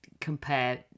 compare